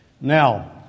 Now